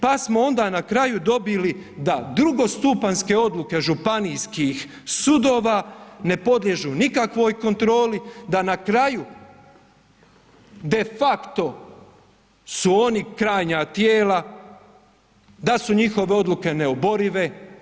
Pa smo onda na kraju dobili da drugo stupanjske odluke županijskih sudova ne poliježu nikakvoj kontroli da na kraju de facto su oni krajnja tijela, da su njihove odluke neoborive.